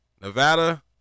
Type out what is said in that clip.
Nevada